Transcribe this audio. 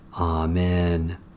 Amen